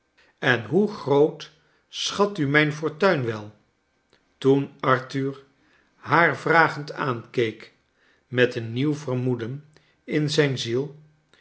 en hoe groot schat u mijn fortuin wel toen arthur haar vragend aankeek met een nieuw vermoeden in zijn ziel